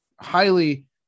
highly